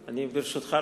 ברשותך,